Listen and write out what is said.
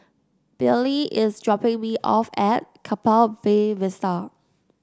Bailee is dropping me off at Keppel Bay Vista